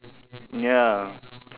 ya